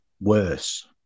worse